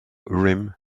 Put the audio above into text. urim